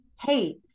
Hey